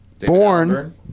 born